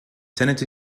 tenant